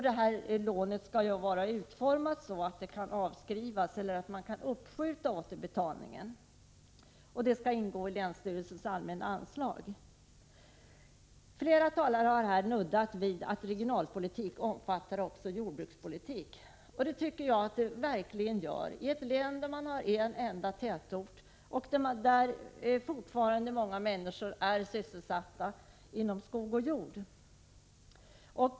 Detta lån skall vara utformat så att det kan avskrivas eller att återbetalningen kan skjutas upp. Lånet skall ingå i länsstyrelsens allmänna anslag. Flera talare här har nuddat vid att regionalpolitik också omfattar jordbrukspolitik. Det tycker jag att den verkligen gör i Jämtlands län, ett län där man har en enda tätort och där många människor fortfarande är sysselsatta inom jordoch skogsbruk.